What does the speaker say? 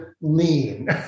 lean